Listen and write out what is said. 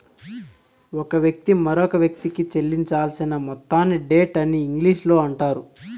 ఒక వ్యక్తి మరొకవ్యక్తికి చెల్లించాల్సిన మొత్తాన్ని డెట్ అని ఇంగ్లీషులో అంటారు